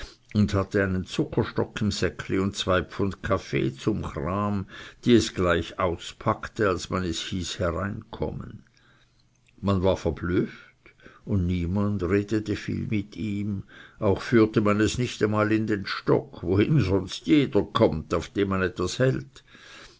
und hatte einen zuckerstock im säckli und zwei pfund kaffee zum chram die es gleich auspackte als man es hieß hereinkommen man war verblüfft und niemand redete viel mit ihm auch führte man es nicht einmal in den stock wohin sonst jeder kommt auf dem man etwas hält